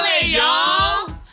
y'all